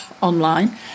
online